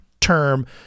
term